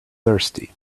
thirsty